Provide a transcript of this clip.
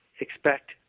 expect